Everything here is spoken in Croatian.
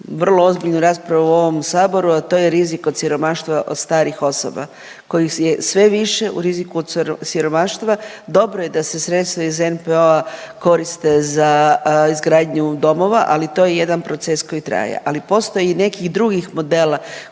vrlo ozbiljnu raspravu u ovom Saboru, a to je rizik od siromaštva od starih osoba kojih je sve više u riziku od siromaštva, dobro je da se sredstva iz NPOO-a koriste za izgradnju domova, ali to je jedan proces koji traje. Ali postoji i nekih drugih modela